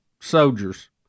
soldiers